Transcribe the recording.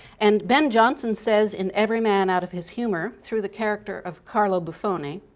and ben jonson says in every man out of his humor, through the character of carlo bufoni,